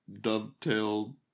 dovetail